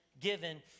given